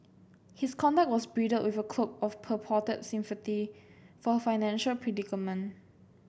his conduct was bridled with a cloak of purported sympathy for her financial predicament